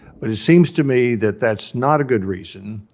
but it seems to me that that's not a good reason